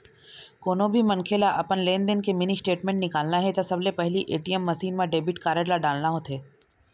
कोनो भी मनखे ल अपन लेनदेन के मिनी स्टेटमेंट निकालना हे त सबले पहिली ए.टी.एम मसीन म डेबिट कारड ल डालना होथे